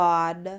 God